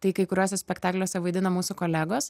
tai kai kuriuose spektakliuose vaidina mūsų kolegos